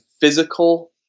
physical